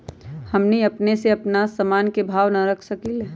हमनी अपना से अपना सामन के भाव न रख सकींले?